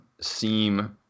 seem